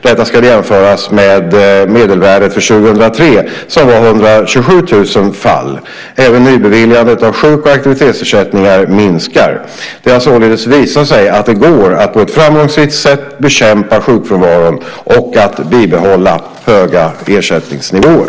Detta ska jämföras med medelvärdet för 2003 som var 127 000 fall. Även nybeviljandet av sjuk och aktivitetsersättningar minskar. Det har således visat sig att det går att på ett framgångsrikt sätt bekämpa sjukfrånvaron och att bibehålla höga ersättningsnivåer.